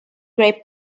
grey